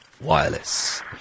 wireless